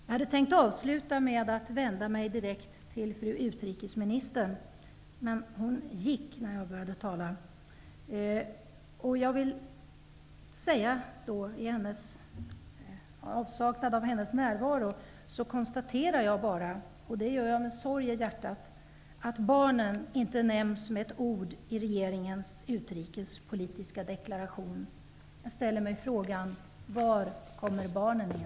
Jag hade tänkt att avsluta med att vända mig direkt till fru utrikesministern, men hon gick när jag började att tala. I avsaknad av hennes närvaro konstaterar jag bara -- och det gör jag med sorg i hjärtat -- att barnen inte nämns med ett enda ord i regeringens utrikespolitiska deklaration. Jag ställer mig frågan: ''Var kommer barnen in?''